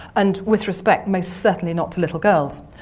and with respect most certainly not to little girls,